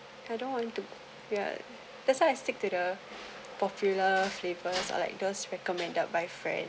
I don't want to ya that's why I stick to the popular flavours are like those recommended by friends